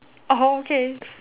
oh okay